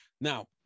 now